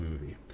movie